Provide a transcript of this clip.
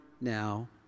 now